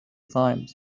time